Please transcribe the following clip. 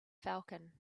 falcon